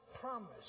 promise